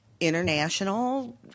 international